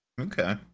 Okay